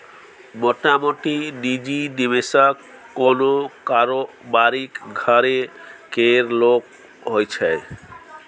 मोटामोटी निजी निबेशक कोनो कारोबारीक घरे केर लोक होइ छै